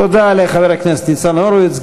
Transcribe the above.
תודה לחבר הכנסת ניצן הורוביץ.